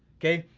okay,